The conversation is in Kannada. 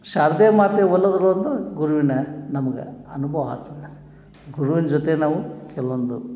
ಶಾರದೆ ಮಾತೆ ಒಲಿದ್ರು ಅಂದ್ರೆ ಗುರುವಿನ ನಮಗೆ ಅನುಭವ ಆತಿಲ್ಲ ಗುರುವಿನ ಜೊತೆ ನಾವು ಕೆಲವೊಂದು